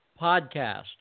podcast